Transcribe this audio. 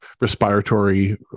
respiratory